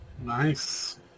Nice